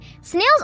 snails